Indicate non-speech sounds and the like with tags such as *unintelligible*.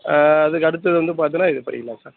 அதுக்கடுத்தது வந்து பார்த்தீங்கனா இது *unintelligible* சார்